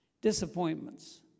disappointments